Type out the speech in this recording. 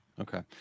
okay